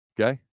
Okay